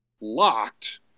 locked